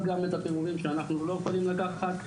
גם את הפירורים שאנחנו לא יכולים לקחת.